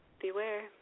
beware